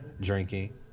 drinking